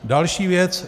Další věc.